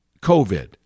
COVID